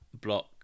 block